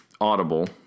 Audible